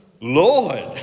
Lord